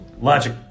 logic